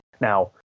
now